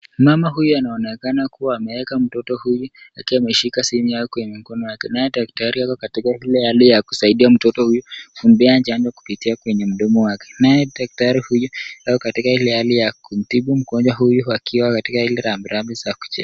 Mama huyu anaonekana kuwa amemweka mtoto huyu akiwa ameshika simu yake kwenye mkono wake. Naye daktari yuko katika ile hali ya kumsaidia mtoto huyu kumpea chanjo kupitia kwenye mdomo wake. Naye daktari huyu yuko katika ile hali ya kumtibu mgonjwa huyu akiwa katika ile labda ambaye ni mgonjwa.